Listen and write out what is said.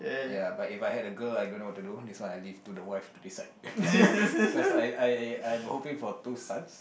ya but if I had a girl I don't know what to do this one I leave to the wife to decide cause I I I I'm hoping for two sons